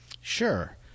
Sure